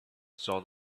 saw